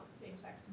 same-sex